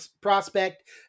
prospect